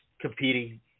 competing